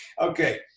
Okay